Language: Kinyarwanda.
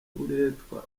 uburetwa